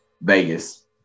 Vegas